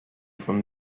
from